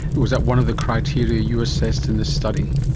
was that one of the criteria you assessed in this study?